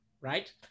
right